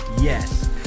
Yes